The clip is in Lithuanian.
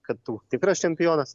kad tu tikras čempionas